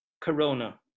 Corona